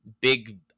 big